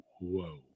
Whoa